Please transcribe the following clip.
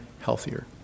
healthier